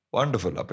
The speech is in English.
Wonderful